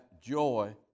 joy